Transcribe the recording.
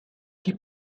chi